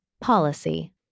policy